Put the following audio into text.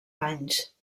anys